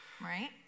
right